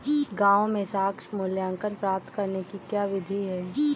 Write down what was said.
गाँवों में साख मूल्यांकन प्राप्त करने की क्या विधि है?